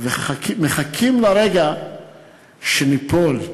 מחכים לרגע שניפול.